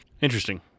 Interesting